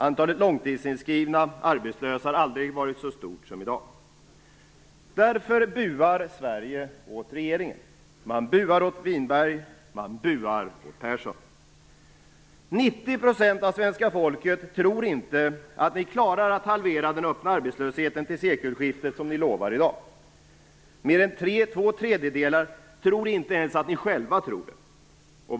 Antalet långtidsinskrivna arbetslösa har aldrig varit så stort som i dag. Därför buar Sverige åt regeringen. Man buar åt Winberg. Man buar åt Persson. 90 % av svenska folket tror inte att ni klarar att halvera den öppna arbetslösheten till sekelskiftet, som ni lovar i dag. Mer än två tredjedelar tror inte ens att ni själva tror det.